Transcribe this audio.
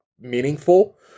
meaningful